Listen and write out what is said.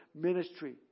ministry